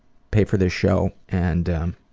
pay for this show, and um,